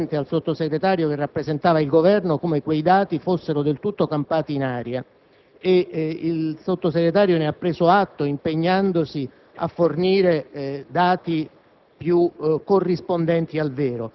In Commissione giustizia abbiamo fatto presente al Sottosegretario che rappresentava il Governo come quei dati fossero del tutto campati in aria. Egli ne ha preso atto, impegnandosi a fornirne